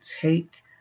take